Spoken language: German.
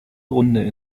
runde